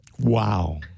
Wow